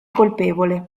colpevole